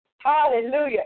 Hallelujah